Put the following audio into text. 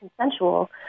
consensual